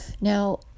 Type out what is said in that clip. now